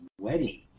wedding